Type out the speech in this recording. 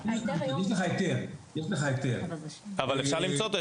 אבל אפשר למצוא אותו?